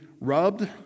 rubbed